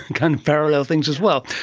kind of parallel things as well.